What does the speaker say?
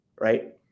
right